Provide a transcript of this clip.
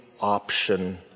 option